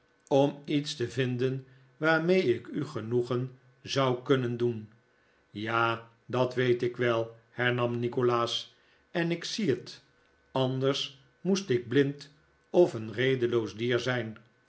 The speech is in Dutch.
om iets te vinden waarmee ik u genoegen zou kunnen doen ja dat weet ik wel hernam nikolaas en ik zie het anders mbest ik blind of een redeloos dier zijn